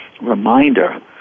reminder